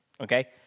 Okay